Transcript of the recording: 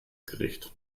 gericht